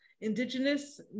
Indigenous